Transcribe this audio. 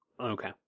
okay